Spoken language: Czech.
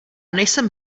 nejsem